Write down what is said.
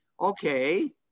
okay